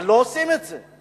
אבל לא עושים את זה.